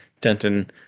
Denton